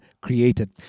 created